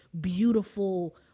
beautiful